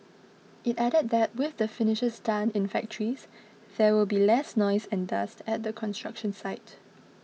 it added that with the finishes done in factories there will be less noise and dust at the construction site